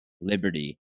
liberty